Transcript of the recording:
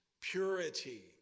purity